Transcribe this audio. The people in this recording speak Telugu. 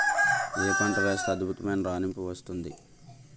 ఏ పంట వేస్తే అద్భుతమైన రాణింపు వస్తుంది?